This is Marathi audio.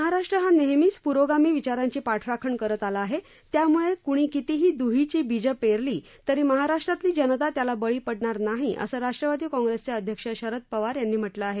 महाराष्ट्र हा नेहमीच प्रोगामी विचारांची पाठराखण करत आला आहे त्याम्ळे क्णी कितीही दहिची बीजं पेरली तरी महाराष्ट्रातली जनता त्याला बळी पडणार नाही असं राष्ट्रवादी काँग्रेसचे अध्यक्ष शरद पवार यांनी म्हटलं आहे